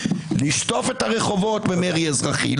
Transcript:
לשטוף את הרחובות במרי אזרחי,